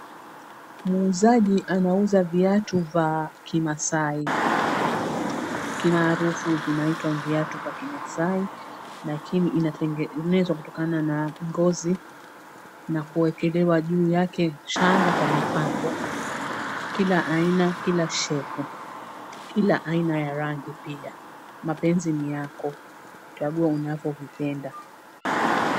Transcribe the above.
muuzaji anauza viatu vya kimasai, kimaarufu vinaitwa viatu kwa kimasai lakini inatengenezwa kutokana na ngozi na kuwekelewa juu yake shanga kwa mapambo, kila aina kila shape , kila aina ya rangi pia, mapenzi ni yako kuchagua unavyovipenda.